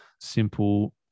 simple